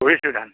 কৰিছোঁ ধান